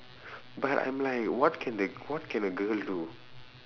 but I'm like what can the what can a girl do